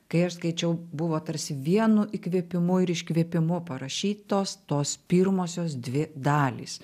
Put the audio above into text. kai aš skaičiau buvo tarsi vienu įkvėpimu ir iškvėpimu parašytos tos pirmosios dvi dalys